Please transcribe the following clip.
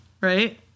right